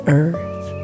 earth